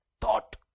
thought